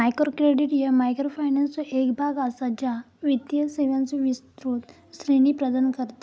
micro credit ह्या मायक्रोफायनान्सचो एक भाग असा, ज्या वित्तीय सेवांचो विस्तृत श्रेणी प्रदान करता